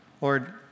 Lord